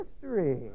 history